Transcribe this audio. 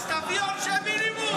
אז תביא עונשי מינימום.